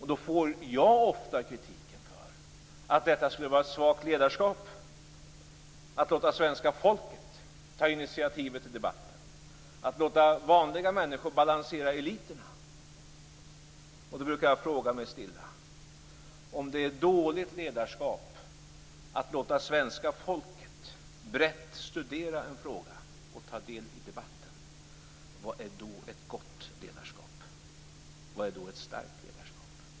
Jag får ofta kritik för att det skulle vara ett svagt ledarskap att låta svenska folket ta initiativet i debatten, att låta vanliga människor balansera eliterna. Då brukar jag fråga mig stilla: Om det är dåligt ledarskap att låta svenska folket brett studera en fråga och ta del i debatten, vad är då ett gott ledarskap, och vad är då ett starkt ledarskap?